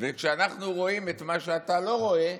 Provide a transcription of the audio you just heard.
וכשאנחנו רואים את מה שאתה לא רואה,